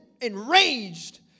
enraged